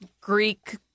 Greek